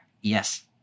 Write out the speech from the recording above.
Yes